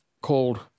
called